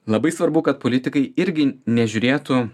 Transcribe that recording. labai svarbu kad politikai irgi nežiūrėtų